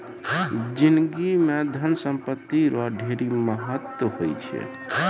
जिनगी म धन संपत्ति रो ढेरी महत्व हुवै छै